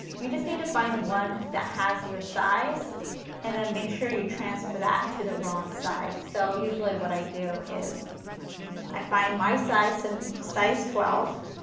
you just need to find the one that has your size and then make sure you transfer that to the wrong side. so usually what i do is i find my size and size twelve,